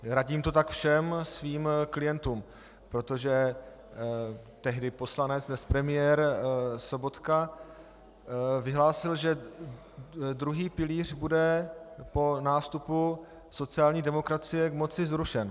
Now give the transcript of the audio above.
Radím to tak všem svým klientům, protože tehdy poslanec, dnes premiér, Sobotka vyhlásil, že druhý pilíř bude po nástupu sociální demokracie k moci zrušen.